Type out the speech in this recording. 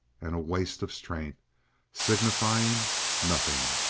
and waste of strength signifying nothing.